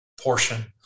Portion